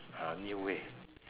uh new way